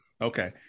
Okay